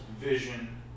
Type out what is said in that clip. vision